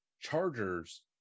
Chargers